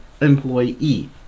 employee